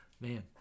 Man